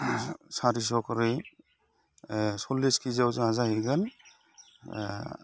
सारिस' खरि सल्लिस खेजियाव जोंहा जाहैगोन